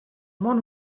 món